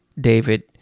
David